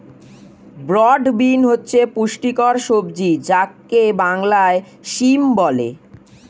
broad bean হচ্ছে পুষ্টিকর সবজি যাকে বাংলায় সিম বলে